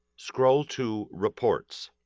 scroll to reports.